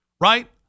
right